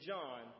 John